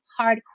hardcore